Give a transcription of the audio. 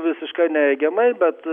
visiškai neigiamai bet